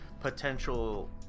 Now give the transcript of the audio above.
potential